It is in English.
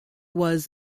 was